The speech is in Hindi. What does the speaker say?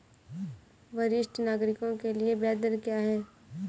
वरिष्ठ नागरिकों के लिए ब्याज दर क्या हैं?